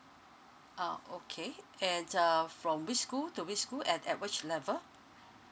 ah okay and uh from which school to which school and at which level